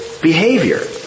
behavior